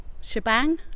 shebang